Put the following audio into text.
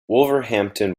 wolverhampton